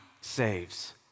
saves